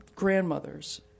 Grandmothers